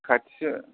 खाथि